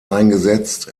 eingesetzt